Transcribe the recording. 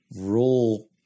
rule